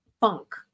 funk